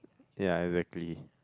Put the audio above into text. ya exactly